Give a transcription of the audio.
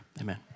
Amen